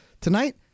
Tonight